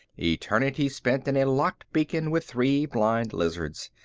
eternity spent in a locked beacon with three blind lizards.